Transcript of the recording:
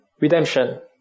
Redemption